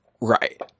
Right